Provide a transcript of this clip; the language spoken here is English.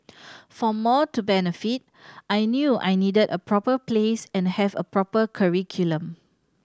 for more to benefit I knew I needed a proper place and have a proper curriculum